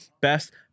best